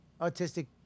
Autistic